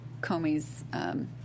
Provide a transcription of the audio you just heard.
Comey's